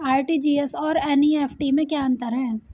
RTGS और NEFT में क्या अंतर है?